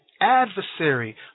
adversary